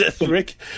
Rick